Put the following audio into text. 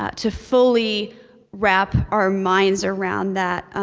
ah to fully wrap our minds around that.